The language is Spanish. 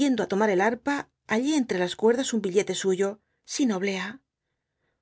yendo á tomar el harpa hallé entre las cuerdas un billete suyo sin oblea